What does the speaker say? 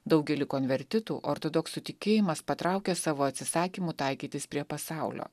daugelį konvertitų ortodoksų tikėjimas patraukia savo atsisakymu taikytis prie pasaulio